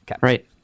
Right